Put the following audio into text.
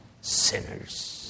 sinners